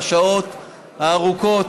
על השעות הארוכות,